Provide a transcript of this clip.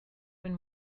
when